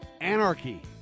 Anarchy